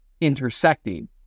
intersecting